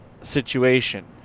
situation